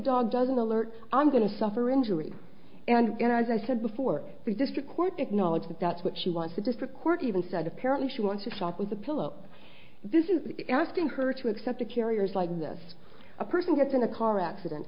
dog doesn't alert i'm going to suffer injury and again as i said before the district court acknowledged that that's what she wants the district court even said apparently she wants to stop with the pillow this is asking her to accept a carriers like this a person gets in a car accident